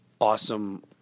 awesome